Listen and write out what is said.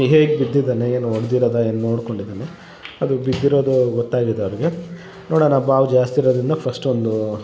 ಹೇಗೆ ಬಿದ್ದಿದಾನೆ ಏನು ಹೊಡ್ದಿರೋದು ಅಲ್ಲಿ ನೋಡ್ಕೊಂಡಿದಾನೆ ಅದು ಬಿದ್ದಿರೋದು ಗೊತ್ತಾಗಿದೆ ಅವರಿಗೆ ನೋಡೋಣ ಬಾವು ಜಾಸ್ತಿ ಇರೋದ್ರಿಂದ ಫಸ್ಟ್ ಒಂದು